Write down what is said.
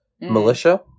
militia